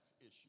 issue